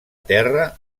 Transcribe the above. terra